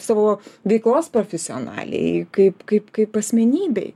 savo veiklos profesionaliai kaip kaip kaip asmenybei